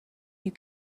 you